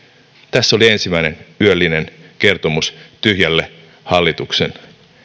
tässä oli ensimmäinen yöllinen kertomus tyhjälle hallituksen